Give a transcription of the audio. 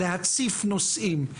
להציף נושאים,